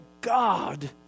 God